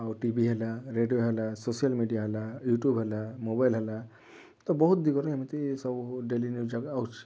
ଆଉ ଟିଭି ହେଲା ରେଡ଼ିଓ ହେଲା ସୋସିଆଲ୍ ମିଡ଼ିଆ ହେଲା ୟୁଟ୍ୟୁବ୍ ହେଲା ମୋବାଇଲ୍ ହେଲା ତ ବହୁତ ଦିଗ ରେ ଏମିତି ସବୁ ଡେଲି ନ୍ୟୁଜ୍